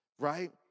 right